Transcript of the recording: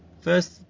first